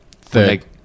Third